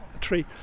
tree